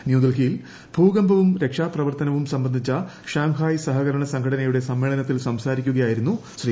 ന്യൂഡൽഹിയിൽ ഭൂകമ്പവും രക്ഷാപ്രവർത്തനവും സംബന്ധിച്ച ഷാങ്ഹായ് സഹകരണ സംഘടനയുടെ സമ്മേളനത്തിൽ സംസാരിക്കുകയായിരുന്നു ശ്രീ